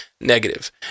Negative